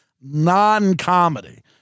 non-comedy